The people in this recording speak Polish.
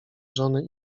żony